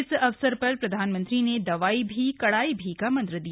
इस अवसर सर प्रधानमंत्री ने दवाई भी कड़ाई भी का मंत्र दिया